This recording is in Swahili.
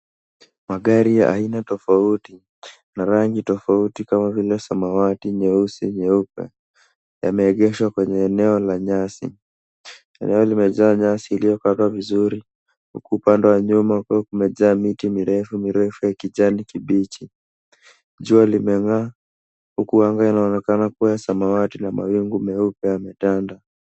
Magari ya aina tofauti, na rangi tofauti kama vile samawati, nyeusi, nyeupe, yameegeshwa kwenye eneo la nyasi. Eneo limejaa nyasi iliyokatwa vizuri, huku upande wa nyuma kukiwa kumejaa miti mirefu mirefu ya kijani kibichi. Jua limeng'aa huku anga inaonekana kuwa ya samawati na mawingu meupe yametanda.